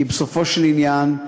כי בסופו של עניין,